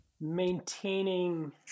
Maintaining